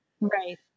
right